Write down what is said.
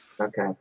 Okay